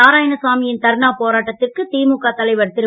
நாராயணசாமியின் தர்ணா போராட்டத்திற்கு திமுக தலைவர் திரு